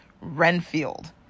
Renfield